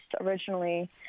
originally